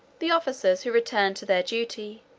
the officers who returned to their duty,